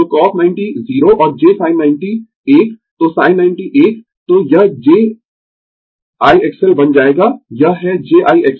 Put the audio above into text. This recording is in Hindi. तो cos 90 0 और j sin 90 1 तो sin 90 1 तो यह jI XL बन जाएगा यह है j I XL